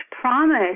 promise